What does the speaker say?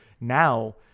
now